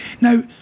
Now